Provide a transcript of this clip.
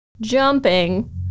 jumping